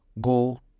go